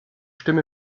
stimme